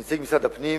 ונציג משרד הפנים